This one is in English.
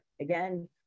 Again